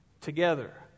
together